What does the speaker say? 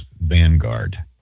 Vanguard